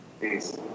Peace